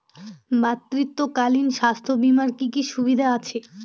মাতৃত্বকালীন স্বাস্থ্য বীমার কি কি সুবিধে আছে?